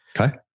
Okay